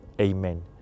Amen